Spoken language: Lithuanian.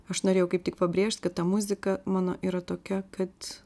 aš norėjau kaip tik pabrėžt kad ta muzika mano yra tokia kad